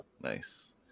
nice